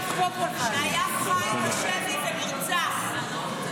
שהיה חי בשבי ונרצח.